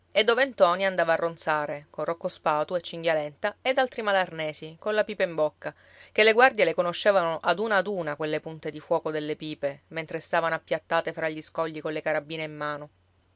e dove ntoni andava a ronzare con rocco spatu e cinghialenta ed altri malarnesi colla pipa in bocca che le guardie le conoscevano ad una ad una quelle punte di fuoco delle pipe mentre stavano appiattate fra gli scogli con le carabine in mano